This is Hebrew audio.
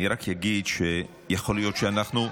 אני רק אגיד שיכול להיות שאנחנו,